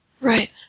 Right